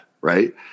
right